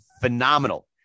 phenomenal